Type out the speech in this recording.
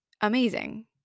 amazing